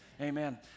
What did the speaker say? Amen